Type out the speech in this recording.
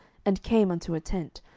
and came unto a tent,